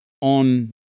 on